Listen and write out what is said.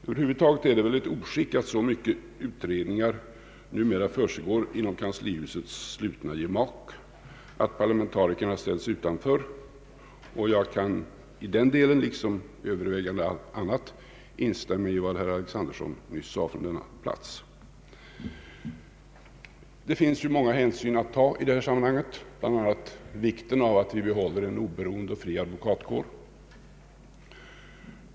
Över huvud taget är det väl ett oskick att så många utredningar numera försiggår inom kanslihusets slutna gemak och att parlamentarikerna ställs utanför. Jag kan i den delen, liksom i det allra mesta, instämma i vad herr Alexanderson nyss sade från denna plats. Det finns många hänsyn att ta i detta sammanhang, bl.a. vikten av att vi behåller en oberoende och fri advokatkår.